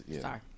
Sorry